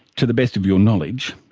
to the best of your knowledge,